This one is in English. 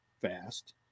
fast